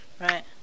Right